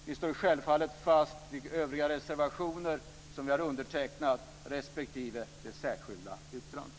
Vi står självfallet fast vid övriga reservationer som vi har undertecknat respektive det särskilda yttrandet.